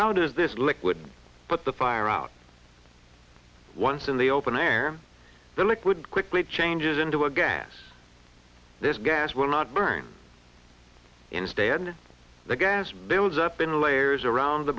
how does this liquid put the fire out once in the open air the liquid quickly changes into a gas this gas will not burn instead the gas builds up in layers around the